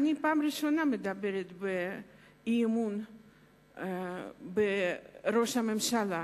אני פעם ראשונה מדברת באי-אמון בראש הממשלה,